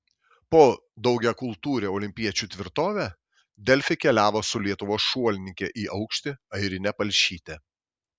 po daugiakultūrę olimpiečių tvirtovę delfi keliavo su lietuvos šuolininke į aukštį airine palšyte